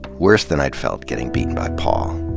worse than i'd felt getting beaten by paul.